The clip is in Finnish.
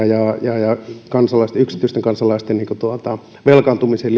ja yksityisten kansalaisten velkaantumisen